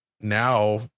now